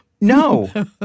No